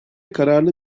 kararlı